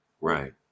Right